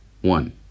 One